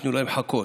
תנו להם חכות".